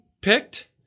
picked